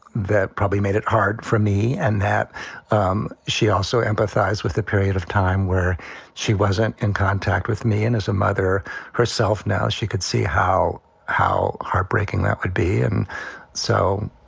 that probably made it hard for me. and that um she also empathized with the period of time where she wasn't in contact with me and as a mother herself. now, she could see how how heartbreaking that could be and so,